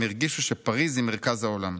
הם הרגישו שפריז היא מרכז העולם.